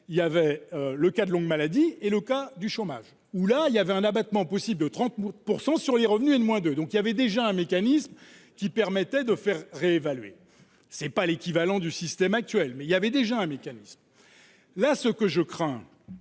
il y avait le cas de longue maladie et, le cas du chômage où là il y avait un abattement possible de 30 pourcent sur les revenus et moins de donc, il y avait déjà un mécanisme qui permettait de faire réévaluer ce n'est pas l'équivalent du système actuel, mais il y avait déjà un mécanisme là ce que je crains